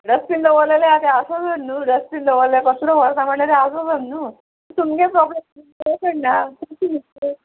dustbin दवरलेले आतां आसूं जात न्हू डिजायन दवरलें कसलो व्हरपाचें तें आसूं जात न्हू तुमगे प्रोब्लेम ना